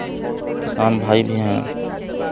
किसान भाई भी हैं